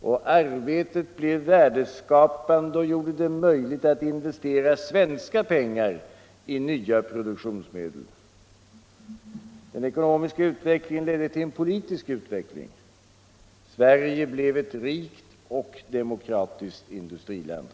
Och arbetet blev värdeskapande och gjorde det möjligt att investera svenska pengar i nya produktionsmedel. Den ekonomiska utvecklingen ledde till politisk utveckling — Sverige blev ett rikt och demokratiskt industriland.